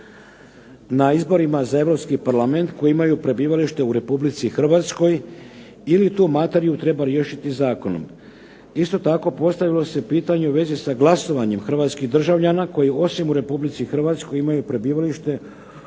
na izborima za Europski parlament koji imaju prebivalište u Republici Hrvatskoj ili tu materiju treba riješiti zakonom. Isto tako postavilo se pitanje u vezi sa glasovanjem hrvatskih državljana koji osim u Republici Hrvatskoj imaju prebivalište